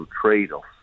trade-offs